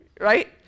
Right